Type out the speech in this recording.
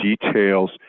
details